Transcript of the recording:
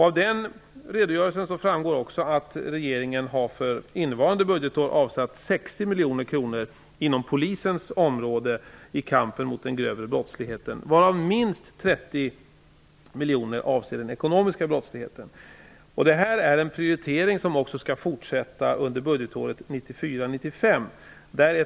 Av den redogörelsen framgår även att regeringen för innevarande budgetår har avsatt 60 miljoner kronor inom Polisens område för kampen mot den grövre brottsligheten, varav minst 30 miljoner kronor avser den ekonomiska brottsligheten. Detta är en prioritering som skall fortsätta också under budgetåret 1994/95.